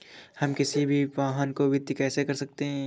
हम किसी भी वाहन को वित्त कैसे कर सकते हैं?